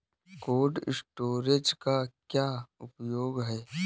Cold storage का क्या उपयोग है?